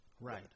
right